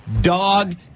dog